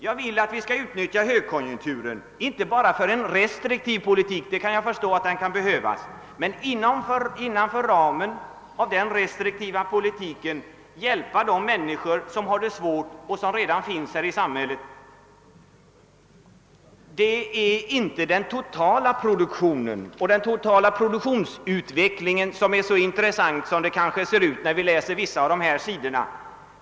Jag vill att vi skall utnyttja högkonjunkturen — inte bara för en restriktiv politik som jag förstår kan behövas. Men inom ramen för den restriktiva politiken bör vi försöka hjälpa de människor som har det svårt och som redan finns i landet. Det är inte den totala produktionen och den totala produktionsutvecklingen som är intressant. Det kan kanske se så ut, när vi läser vissa av sidorna i finansplanen.